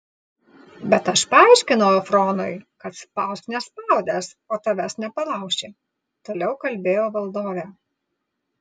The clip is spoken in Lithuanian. bet aš paaiškinau efronui kad spausk nespaudęs o tavęs nepalauši toliau kalbėjo valdovė